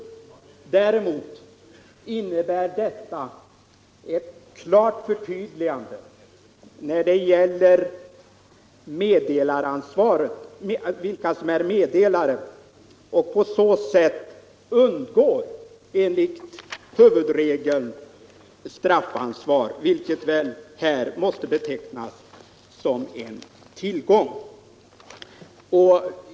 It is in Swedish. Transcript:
Däremot innebär förslaget ett klart förtydligande när det gäller vilka som är meddelare och på så sätt undgår — enligt huvudregeln — straffansvar, något som väl måste betecknas som en tillgång.